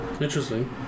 Interesting